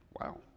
Wow